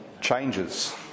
changes